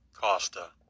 Costa